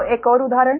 तो एक और उदाहरण